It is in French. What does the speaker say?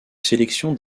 sélection